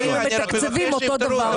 האם הם מתקצבים אותו דבר?